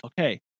Okay